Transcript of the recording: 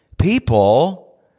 People